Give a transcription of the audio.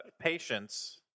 Patience